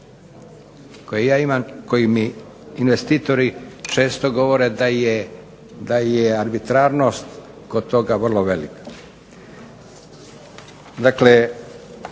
Koji ja imam i koji mi investitori često govore da je arbitrarnost kod toga vrlo velika.